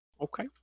Okay